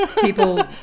People